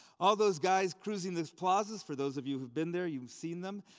all those guys cruising those plazas, for those of you who've been there, you've seen them,